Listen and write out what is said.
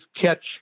catch